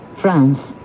France